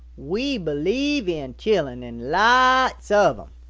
we believe in chillun and lots of them.